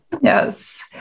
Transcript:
Yes